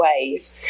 ways